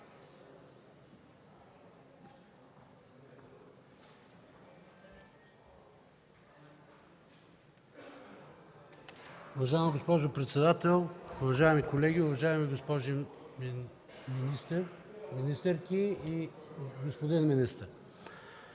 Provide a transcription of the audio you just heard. Уважаема госпожо председател, уважаеми колеги, уважаеми госпожи и господа министри!